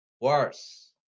Worse